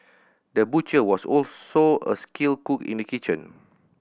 the butcher was also a skilled cook in the kitchen